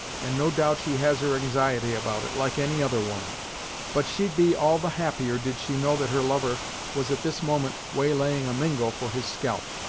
and no doubt she has her anxiety about it, like any other woman but she'd be all the happier did she know that her lover was at this moment waylaying a mingo for his scalp.